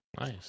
Nice